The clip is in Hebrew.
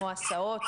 כמו הסעות,